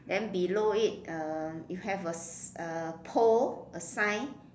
then below it uh you have a s~ a pole a sign